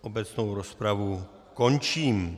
Obecnou rozpravu končím.